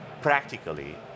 practically